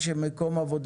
יש ייבוא בשר,